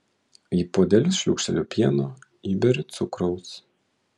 į puodelius šliūkšteliu pieno įberiu cukraus